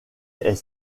est